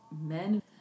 men